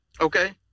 Okay